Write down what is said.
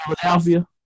Philadelphia